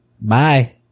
Bye